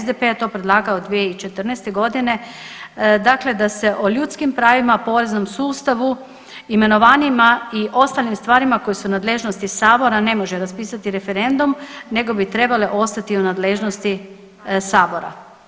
SDP-e je to predlagao 2014. godine dakle da se o ljudskim pravima, poreznom sustavu, imenovanjima i ostalim stvarima koje su u nadležnosti Sabora ne može raspisati referendum, nego bi trebale ostati u nadležnosti Sabora.